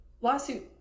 lawsuit